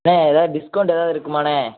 அண்ணே ஏதாவது டிஸ்கவுண்ட் ஏதாவது இருக்குமாண்ணே